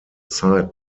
zeit